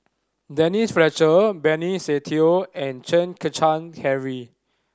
Denise Fletcher Benny Se Teo and Chen Kezhan Henri